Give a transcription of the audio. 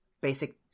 basic